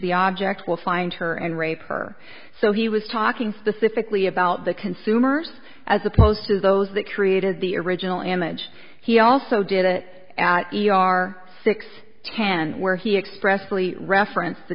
the object will find her and rape her so he was talking specifically about the consumers as opposed to those that created the original image he also did it at e r six ten where he expressed really reference to